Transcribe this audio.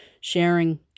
sharing